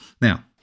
Now